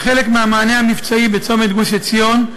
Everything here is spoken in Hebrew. כחלק מהמענה המבצעי בצומת גוש-עציון,